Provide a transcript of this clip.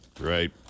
Right